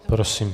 Prosím.